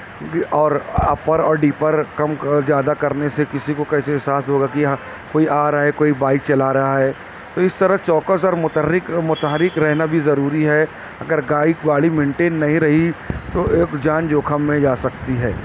پھر اور اپر اور ڈیپر کم زیادہ کرنے سے کسی کو کیسے احساس ہوگا کہ ہاں کوئی آ رہا ہے کوئی بائک چلا رہا ہے اس طرح چوکس اور مترک متحرک رہنا بھی ضروری ہے اگر گائک واڑی مینٹین نہیں رہی تو جان جوکھم میں جا سکتی ہے